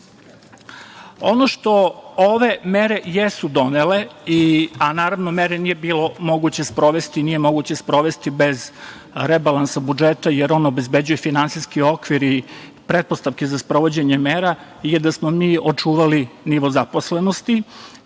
što ove mere jesu donele, a naravno mere nije bilo moguće sprovesti bez rebalansa budžeta, jer on obezbeđuje finansijski okvir i pretpostavke za sprovođenje mera, je da smo mi očuvali nivo zaposlenosti